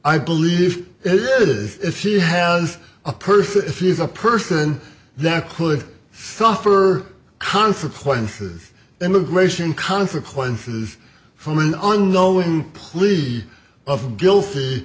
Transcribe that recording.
i believe it is if he has a perfect if he's a person that could suffer consequences immigration consequences from an on knowing plea of guilty